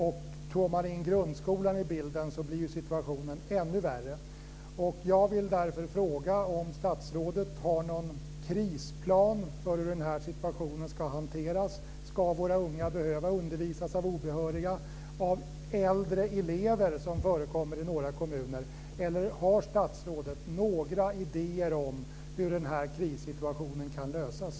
Om man tar in grundskolan i bilden blir situationen ännu värre. Har statsrådet några idéer om hur den här krissituationen kan lösas?